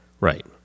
Right